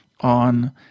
on